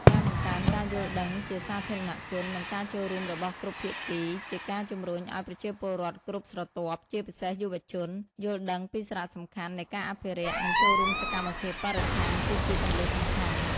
ការបង្កើនការយល់ដឹងជាសាធារណជន និងការចូលរួមរបស់គ្រប់ភាគី ជាការជំរុញឱ្យប្រជាពលរដ្ឋគ្រប់ស្រទាប់ ជាពិសេសយុវជន យល់ដឹងពីសារៈសំខាន់នៃការអភិរក្ស និងចូលរួមសកម្មភាពបរិស្ថាន គឺជាគន្លឹះសំខាន់។